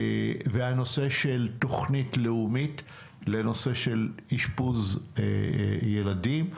הנושא של תוכנית לאומית לנושא של אשפוז ילדים,